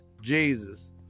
Jesus